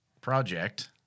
project